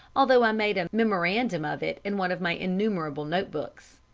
although i made a memorandum of it in one of my innumerable notebooks.